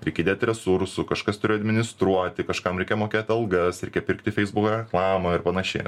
reik įdėti resursų kažkas turi administruoti kažkam reikia mokėti algas reikia pirkti feisbuko reklamą ir panašiai